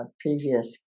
previous